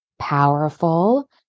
powerful